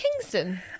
Kingston